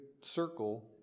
circle